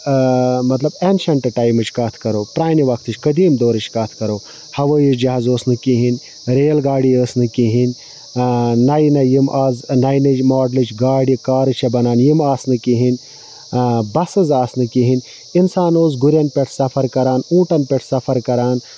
مَطلَب اینشَنٹ ٹایمٕچ کتھ کَرَو پرانہِ وقتٕچ قٔدیٖم دورٕچ کتھ کَرَو ہَوٲیی جَہاز اوس نہٕ کِہیٖنۍ ریل گاڑی ٲسۍ نہٕ کِہیٖنۍ نَیہِ نَیہِ یِم آزٕ نَیہِ نَیہِ ماڈلٕچ گاڑِ کارٕ چھِ بَنان یِم آسنہٕ کِہیٖنۍ بَسٕز آسنہٕ کِہیٖنۍ اِنسان اوس گُرنٮ۪ن پیٹھ سَفَر کَران اوٗنٛٹَن پیٹھ سَفَر کَران